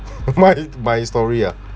my my story ah